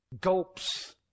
Gulps